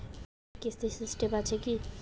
মাসিক কিস্তির সিস্টেম আছে কি?